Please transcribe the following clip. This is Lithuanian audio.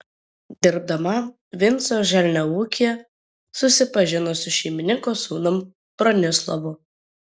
dirbdama vinco želnio ūkyje susipažino su šeimininko sūnum bronislovu